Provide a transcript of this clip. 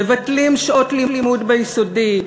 מבטלים שעות לימוד ביסודי,